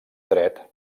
dret